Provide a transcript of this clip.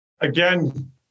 Again